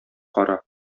кара